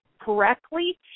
correctly